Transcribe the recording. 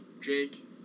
Jake